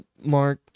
Mark